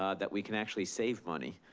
ah that we can actually save money.